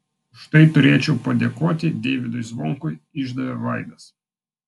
už tai turėčiau padėkoti deivydui zvonkui išdavė vaidas